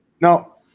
Now